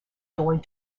going